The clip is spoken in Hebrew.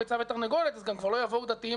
ביצה ותרנגולת כבר לא יבואו דתיים